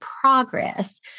progress